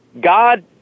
God